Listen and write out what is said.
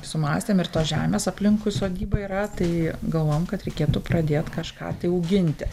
sumąstėm ir tos žemės aplinkui sodybą yra tai galvojom kad reikėtų pradėt kažką tai auginti